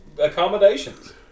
accommodations